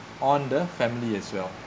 on the family as well